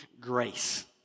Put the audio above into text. grace